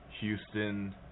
Houston